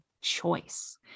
choice